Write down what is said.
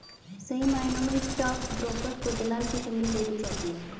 सही मायनों में स्टाक ब्रोकर को दलाल की संग्या दे दी जाती है